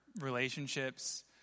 relationships